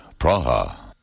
Praha